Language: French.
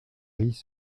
ris